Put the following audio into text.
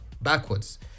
backwards